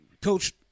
coach